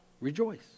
rejoice